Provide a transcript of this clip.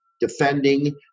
defending